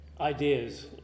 ideas